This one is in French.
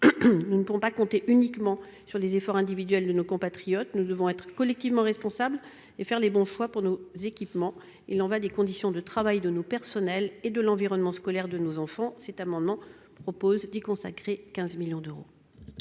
nous ne pouvons pas compter uniquement sur les efforts individuels de nos compatriotes. Nous devons être collectivement responsables et faire les bons choix pour nos équipements. Il y va des conditions de travail de nos personnels et de l'environnement scolaire de nos enfants. Cet amendement vise à consacrer 15 millions d'euros